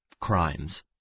crimes